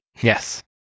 Yes